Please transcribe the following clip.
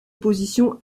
position